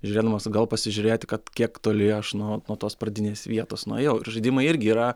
žiūrėdamas atgal pasižiūrėti kad kiek toli aš nuo nuo tos pradinės vietos nuėjau ir žaidimai irgi yra